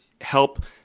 help